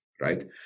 right